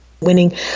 winning